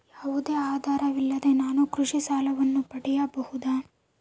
ಯಾವುದೇ ಆಧಾರವಿಲ್ಲದೆ ನಾನು ಕೃಷಿ ಸಾಲವನ್ನು ಪಡೆಯಬಹುದಾ?